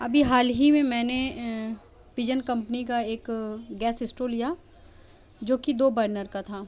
ابھی حال ہی میں میں نے پجن کمپنی کا ایک گیس اسٹو لیا جو کہ دو برنر کا تھا